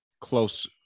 close